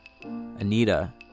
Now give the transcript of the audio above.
Anita